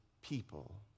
people